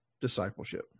discipleship